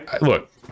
look